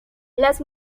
las